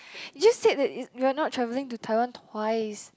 you just said that it you're not travelling to Taiwan twice